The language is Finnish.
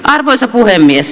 arvoisa puhemies